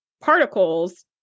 particles